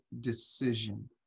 decision